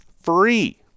free